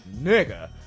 nigga